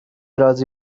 رازی